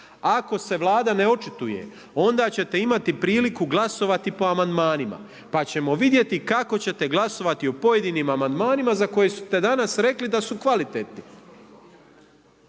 Ako se Vlada ne očituje onda ćete imati priliku glasovati po amandmanima, pa ćemo vidjeti kako ćete glasovati o pojedinim amandmanima za koje ste danas rekli da su kvalitetni.